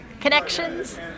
connections